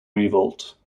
revolt